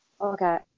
Okay